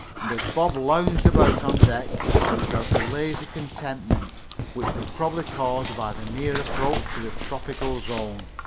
and as bob lounged about on deck he felt a lazy contentment which was probably caused by the near approach to the tropical zone.